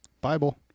Bible